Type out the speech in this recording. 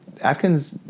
Atkins